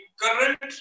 current